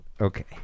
Okay